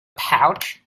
pouch